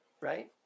Right